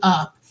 up